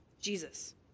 Jesus